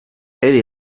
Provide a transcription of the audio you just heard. eddie